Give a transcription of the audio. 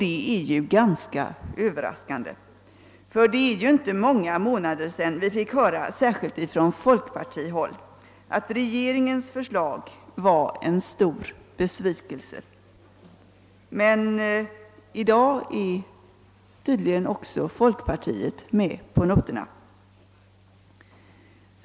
Detta är ganska överraskande, ty det är ju inte många månader sedan vi fick höra från folkpartihåll att regeringens förslag var en stor besvikelse. Men i dag är tydligen även folkpartiet med på noterna.